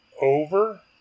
over